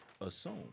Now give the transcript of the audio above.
assume